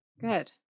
Good